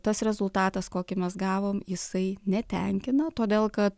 tas rezultatas kokį mes gavom jisai netenkina todėl kad